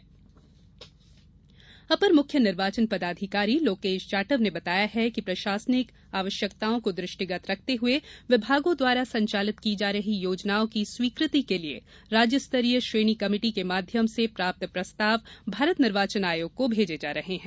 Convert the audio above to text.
अपर मुख्य निर्वाचन पदाधिकारी अपर मुख्य निर्वाचन पदाधिकारी लोकेश जाटव ने बताया है कि प्रशासनिक आवश्यकताओं को द्र ष्टिगत रखते हुए विभागों द्वारा संचालित की जा रही योजनाओं की स्वीकृति के लिये राज्य स्तरीय श्रेणी कमेटी के माध्यम से प्राप्त प्रस्ताव भारत निर्वाचन आयोग को भेजे जा रहे हैं